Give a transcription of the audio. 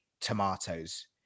tomatoes